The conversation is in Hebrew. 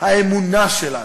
האמונה שלנו".